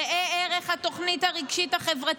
ראה ערך התוכנית הרגשית-חברתית.